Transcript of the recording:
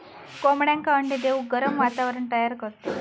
कोंबड्यांका अंडे देऊक गरम वातावरण तयार करतत